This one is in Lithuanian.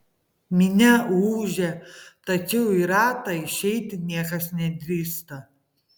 minia ūžia tačiau į ratą išeiti niekas nedrįsta